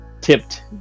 tipped